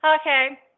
Okay